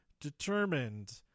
determined